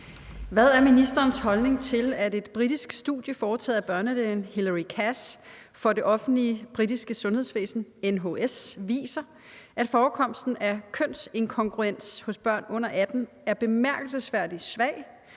Hvad er ministerens holdning til, at et britisk studie foretaget af børnelægen Hilary Cass for det offentlige britiske sundhedsvæsen, NHS, viser, at forekomsten af kønsinkongruens hos børn under 18 år er »bemærkelsesværdig svag«,